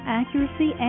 accuracy